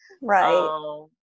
Right